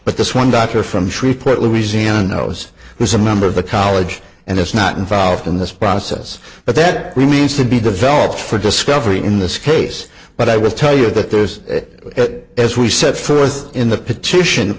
but this one doctor from shreveport louisiana knows who's a member of the college and it's not involved in this process but that remains to be developed for discovery in this case but i will tell you that there's that as we set forth in the petition